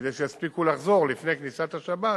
כדי שיספיקו לחזור לפני כניסת השבת